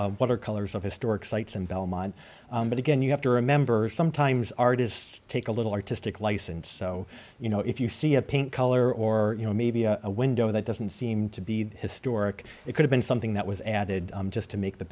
watercolors of historic sites and belmont but again you have to remember sometimes artists take a little artistic license so you know if you see a paint color or you know maybe a window that doesn't seem to be historic it could have been something that was added just to make the